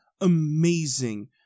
amazing